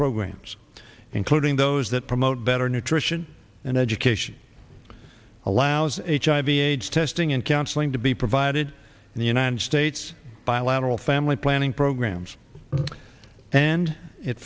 programs including those that promote better nutrition and education allows a hiv aids testing and counseling to be provided in the united states bilateral family planning